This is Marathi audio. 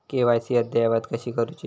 के.वाय.सी अद्ययावत कशी करुची?